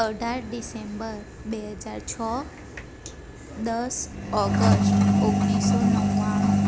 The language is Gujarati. અઢાર ડિસેમ્બર બે હજાર છ દસ ઓગષ્ટ ઓગણીસો નવ્વાણું